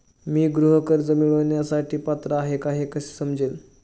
मी गृह कर्ज मिळवण्यासाठी पात्र आहे का हे कसे समजेल?